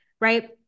right